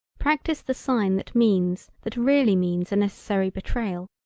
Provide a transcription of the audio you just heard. practice the sign that means that really means a necessary betrayal,